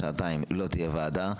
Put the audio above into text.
שעתיים לא תהיה ועדה.